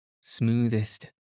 smoothest